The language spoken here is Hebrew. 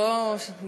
אני אומר לך, יש.